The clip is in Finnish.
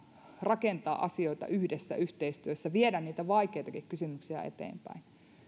rakentaa asioita yhdessä yhteistyössä viedä niitä vaikeitakin kysymyksiä eteenpäin